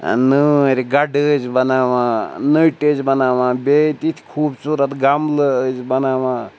نٲرۍ گَڑٕ ٲسۍ بَناوان نٔٹۍ ٲسۍ بَناوان بیٚیہِ تِتھۍ خوٗبصوٗرت گَملہٕ ٲسۍ بَناوان